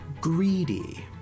greedy